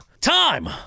Time